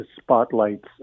spotlights